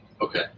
Okay